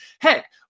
heck